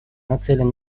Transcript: нацелен